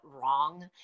wrong